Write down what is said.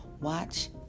Watch